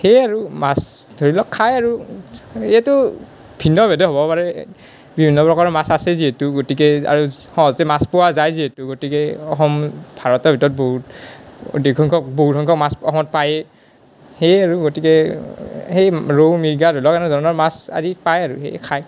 সেয়ে আৰু মাছ ধৰি লওঁক খাই আৰু এইটো ভিন্ন ভেদে হ'ব পাৰে বিভিন্ন প্ৰকাৰৰ মাছ আছে যিহেতু গতিকে আৰু সহজে মাছ পোৱা যায় যিহেতু গতিকে অসম ভাৰতৰ ভিতৰত বহুত অধিক সংখ্যক বহুত সংখ্যক মাছ অসমত পায়ে সেয়ে আৰু গতিকে সেই ৰৌ মিৰ্গা ধৰি লওঁক এনেধৰণৰ মাছ আদি পাই আৰু সেইয়ে খায়